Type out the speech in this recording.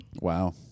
Wow